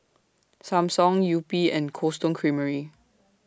Samsung Yupi and Cold Stone Creamery